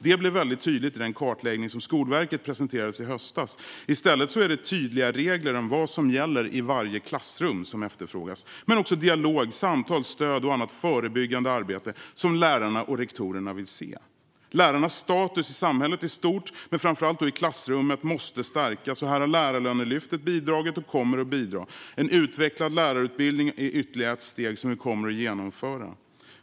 Detta var väldigt tydligt i den kartläggning som Skolverket presenterade i höstas. I stället är det tydliga regler om vad som gäller i varje klassrum som efterfrågas. Lärarna och rektorerna vill också se dialog, samtal, stöd och annat förebyggande arbete. Lärarnas status i samhället i stort men framför allt i klassrummet måste stärkas, och här har Lärarlönelyftet bidragit och kommer att bidra. En utvecklad lärarutbildning är ytterligare ett steg som vi kommer att genomföra.